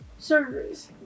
surgeries